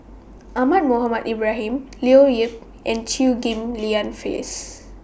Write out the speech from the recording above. Ahmad Mohamed Ibrahim Leo Yip and Chew Ghim Lian Phyllis